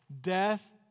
death